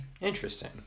Interesting